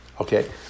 okay